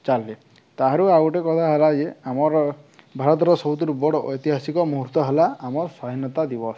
ଚାଲ୍ଲେ ତାହାରୁ ଆଉ ଗୋଟେ କଥା ହେଲା ଯେ ଆମର ଭାରତର ସବୁଥିରୁ ବଡ଼ ଐତିହାସିକ ମୁହୂର୍ତ୍ତ ହେଲା ଆମ ସ୍ୱାଧୀନତା ଦିବସ